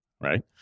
right